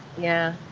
yeah.